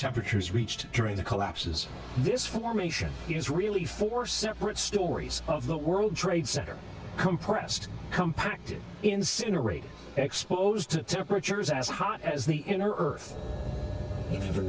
temperatures reached during the collapses this formation is really four separate stories of the world trade center compressed compacted incinerate exposed to temperatures as hot as the inner earth the other